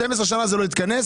12 שנה זה לא התכנס.